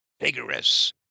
vigorous